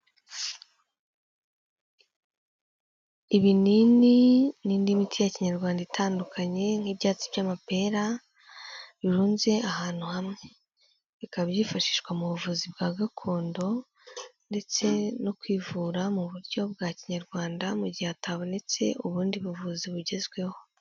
Ibinini n'indi miti ya Kinyarwanda itandukanye nk'ibyatsi by'amapera birunze ahantu hamwe, bikaba byifashishwa mu buvuzi bwa gakondo ndetse no kwivura mu buryo bwa kinyarwanda mu gihe hatabonetse ubundi buvuzi bugezweho.